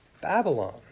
Babylon